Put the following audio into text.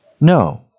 No